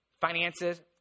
finances